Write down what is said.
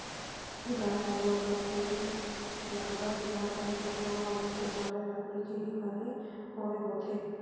गाय गरुवा बर जेन लांहगर तियार करे जाथे ओहा मुख्य ढंग ले लकड़ी के ही बने होय होथे